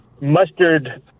mustard